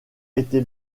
été